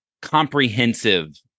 comprehensive